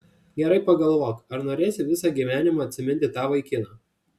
gerai pagalvok ar norėsi visą gyvenimą atsiminti tą vaikiną